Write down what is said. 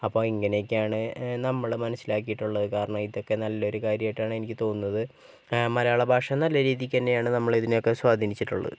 അപ്പോൾ ഇങ്ങനെയൊക്കെയാണ് നമ്മള് മനസ്സിലാക്കിയിട്ടുള്ളത് കാരണം ഇതൊക്കെ നല്ലൊരു കാര്യമായിട്ടാണ് എനിക്ക് തോന്നുന്നത് മലയാള ഭാഷ നല്ല രീതിക്ക് തന്നെയാണ് നമ്മളെ ഇതിനെയൊക്കെ സ്വാധീനിച്ചിട്ടുള്ളത്